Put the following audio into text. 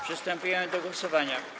Przystępujemy do głosowania.